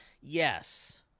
Yes